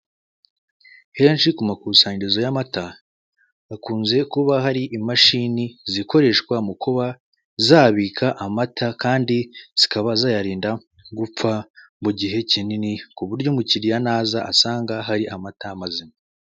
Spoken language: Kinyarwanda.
Henshi ku makusanyirizo y'amata hakunze kuba hari imashini zikoreshwa mu kuba zabika amata kandi zikaba zayarinda gupfa mu gihe kinini ku buryo umukiriya naza asanga hari amata mazima.